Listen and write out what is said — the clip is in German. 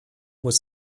muss